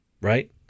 Right